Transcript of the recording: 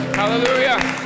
hallelujah